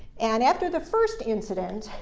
and after the first incident,